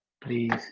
please